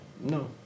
no